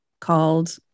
Called